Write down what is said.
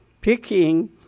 picking